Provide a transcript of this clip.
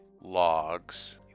logs